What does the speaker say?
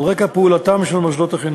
על רקע פעולתם של מוסדות החינוך.